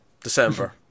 December